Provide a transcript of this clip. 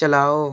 چلاؤ